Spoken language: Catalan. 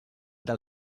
del